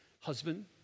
husband